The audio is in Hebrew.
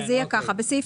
אז זה יהיה ככה, בסעיף